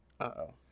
Uh-oh